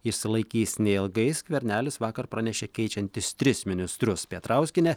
išsilaikys neilgai skvernelis vakar pranešė keičiantis tris ministrus petrauskienę